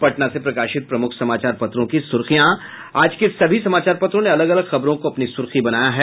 अब पटना से प्रकाशित प्रमुख समाचार पत्रों की सुर्खियां आज के सभी समाचार पत्रों ने अलग अलग खबरों को अपनी सुर्खी बनाया है